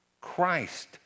Christ